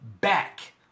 back